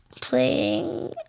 playing